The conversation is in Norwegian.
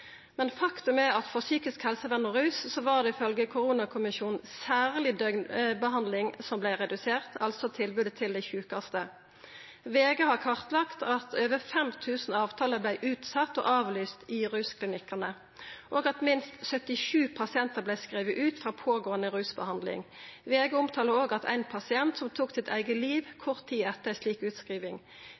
Men faktum er at for psykisk helsevern og rus var det, ifølgje koronakommisjonen, særleg døgnbehandling som vart redusert, altså tilbodet til dei sjukaste. VG har kartlagt at over 5 000 avtaler vart utsette og avlyste i rusklinikkane, og at minst 77 pasientar vart skrivne ut frå pågåande rusbehandling. VG omtaler òg ein pasient som tok sit eige liv kort tid etter ei slik utskriving.